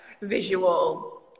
visual